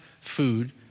food